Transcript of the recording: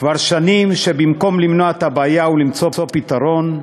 כבר שנים שבמקום למנוע את הבעיה ולמצוא פתרון,